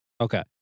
Okay